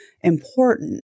important